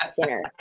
dinner